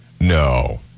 No